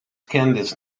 candice